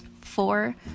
Four